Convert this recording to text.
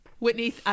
Whitney